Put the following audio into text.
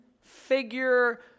figure